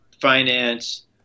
finance